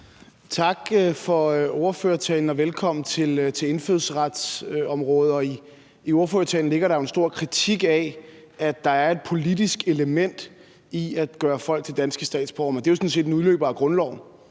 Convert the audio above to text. Tak for ordførertalen, og velkommen til indfødsretsområdet. I ordførertalen ligger der en stor kritik af, at der er et politisk element i at gøre folk til danske statsborgere. Men det er jo en udløber af grundloven.